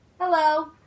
Hello